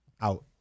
out